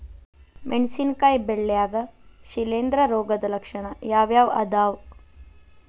ಮೆಣಸಿನಕಾಯಿ ಬೆಳ್ಯಾಗ್ ಶಿಲೇಂಧ್ರ ರೋಗದ ಲಕ್ಷಣ ಯಾವ್ಯಾವ್ ಅದಾವ್?